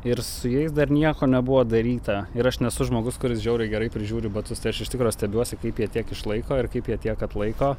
ir su jais dar nieko nebuvo daryta ir aš nesu žmogus kuris žiauriai gerai prižiūri batus tai aš iš tikro stebiuosi kaip jie tiek išlaiko ir kaip jie tiek atlaiko